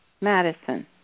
Madison